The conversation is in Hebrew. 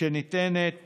שניתנת